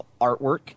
artwork